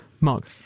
Mark